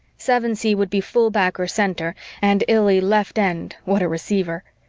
sevensee would be fullback or center and illy left end what a receiver!